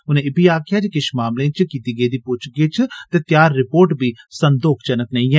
उनें इब्बी आक्खेआ जे किश मामलें च कीती गेदी पुच्छ गिच्छ ते तैयार रिपोर्ट बी संदोखजनक नेई ऐ